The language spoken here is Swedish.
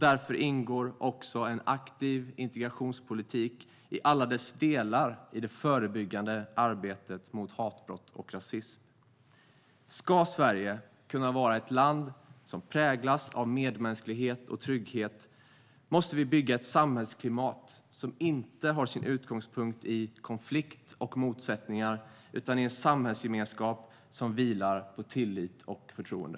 Därför ingår också en aktiv integrationspolitik i alla dess delar i det förebyggande arbetet mot hatbrott och rasism. Ska Sverige kunna vara ett land som präglas av medmänsklighet och trygghet måste vi bygga ett samhällsklimat som inte har sin utgångspunkt i konflikter och motsättningar utan i en samhällsgemenskap som vilar på tillit och förtroende.